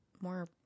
more